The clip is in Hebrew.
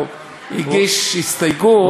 הגיש הסתייגות,